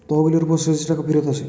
তহবিলের উপর শেষ যে টাকা ফিরত আসে